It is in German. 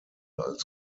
als